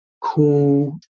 cool